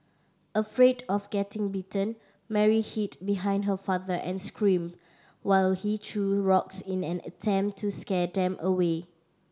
afraid of getting bitten Mary hid behind her father and screamed while he threw rocks in an attempt to scare them away